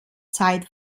zeit